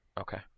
Okay